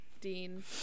Dean